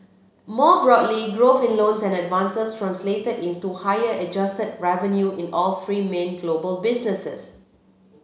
more broadly growth in loans and advances translated into higher adjusted revenue in all three main global businesses